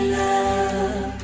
love